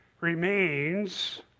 remains